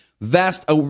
Vast